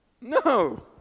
No